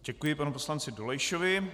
Děkuji panu poslanci Dolejšovi.